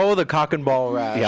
so the cock and ball rash. yeah